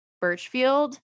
Birchfield